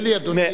דקה,